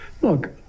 Look